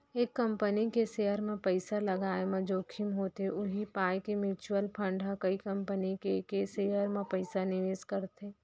एक कंपनी के सेयर म पइसा लगाय म जोखिम होथे उही पाय के म्युचुअल फंड ह कई कंपनी के के सेयर म पइसा निवेस करथे